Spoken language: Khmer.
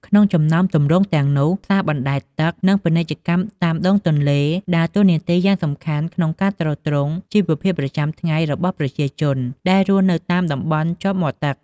ក្នុងចំណោមទម្រង់ទាំងនោះ ផ្សារបណ្តែតទឹក និង ពាណិជ្ជកម្មតាមដងទន្លេ ដើរតួនាទីយ៉ាងសំខាន់ក្នុងការទ្រទ្រង់ជីវភាពប្រចាំថ្ងៃរបស់ប្រជាជនដែលរស់នៅតាមតំបន់ជាប់មាត់ទឹក។